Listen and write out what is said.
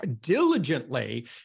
diligently